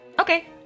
Okay